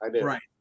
right